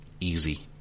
easy